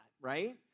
right